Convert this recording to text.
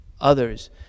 others